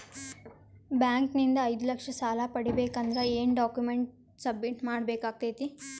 Bank ನಿಂದ ಐದು ಲಕ್ಷ ಸಾಲ ಪಡಿಬೇಕು ಅಂದ್ರ ಏನ ಡಾಕ್ಯುಮೆಂಟ್ ಸಬ್ಮಿಟ್ ಮಾಡ ಬೇಕಾಗತೈತಿ?